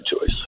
choice